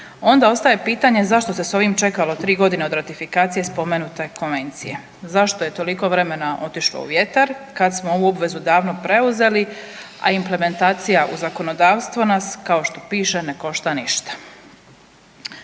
onda ostaje pitanje zašto se s ovim čekalo tri godine od ratifikacije spomenute konvencije, zašto je toliko vremena otišlo u vjetar kad smo ovu obvezu davno preuzeli, a implementacija u zakonodavstvo nas kao što piše ne košta ništa?